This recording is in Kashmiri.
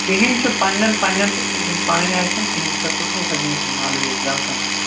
کِہنۍ چھُنہٕ پنٕنٮ۪ن پنٕنٮ۪ن یِم پَنٕنۍ آسن تِہنٛد خٲطرٕ گوٚو ہمیشہٕ آلویز ویٚلکَم